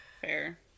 Fair